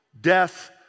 death